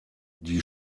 die